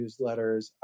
newsletters